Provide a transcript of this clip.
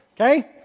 Okay